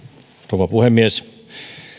rouva puhemies